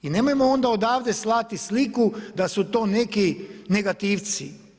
I nemojmo onda odavde slati sliku da su to neki negativci.